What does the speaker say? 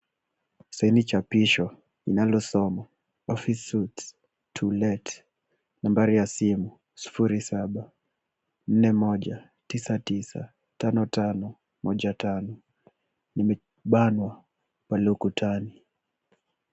Saini chapisho linalosoma, Office suits to let . Nambari ya simu, 0781995515. Limebanwa pale ukutani.